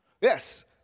Yes